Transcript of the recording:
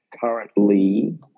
currently